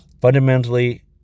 Fundamentally